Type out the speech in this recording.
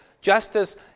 Justice